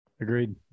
Agreed